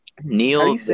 Neil